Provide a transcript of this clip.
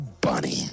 bunny